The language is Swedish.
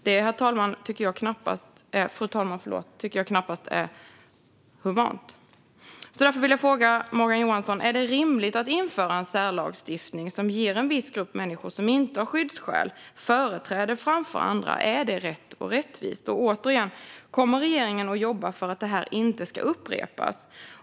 Det, fru talman, tycker jag knappast är humant. Därför vill jag fråga Morgan Johansson: Är det rimligt att införa en särlagstiftning som ger en viss grupp människor som inte har skyddsskäl företräde framför andra? Är det rätt och rättvist? Återigen undrar jag om regeringen kommer att jobba för att detta inte ska upprepas.